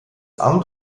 amt